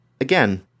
Again